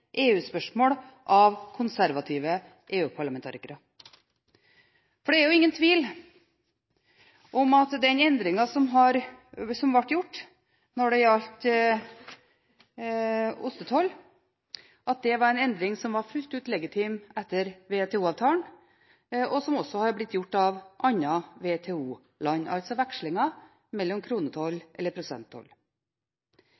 av konservative EU-parlamentarikere. Det er ingen tvil om at den endringen som ble gjort når det gjaldt ostetoll, var en endring som var fullt ut legitim etter WTO-avalen, og som også har blitt gjort av andre WTO-land – altså vekslingen mellom kronetoll